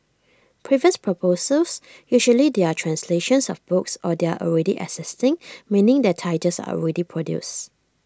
previous proposals usually they are translations of books or they are already existing meaning their titles are already produced